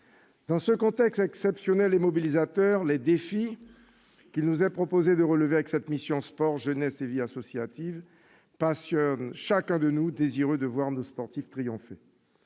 Dans ce contexte exceptionnel et mobilisateur, les défis qu'il nous est proposé de relever avec cette mission « Sport, jeunesse et vie associative » passionnent chacun d'entre nous, qui sommes si désireux de voir nos sportifs triompher.